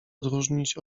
odróżnić